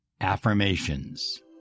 affirmations